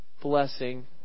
blessing